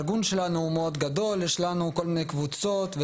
אז אני מבקשת מהצוות שלי, או מצוות הוועדה: